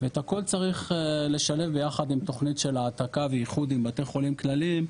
ואת הכל צריך לשלב ביחד עם תוכנית של העתקה ואיחוד עם בתי חולים כלליים,